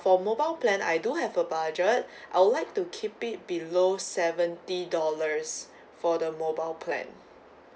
for mobile plan I do have a budget I would like to keep it below seventy dollars for the mobile plan